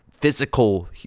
physical